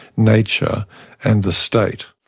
nature and the state.